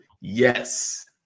Yes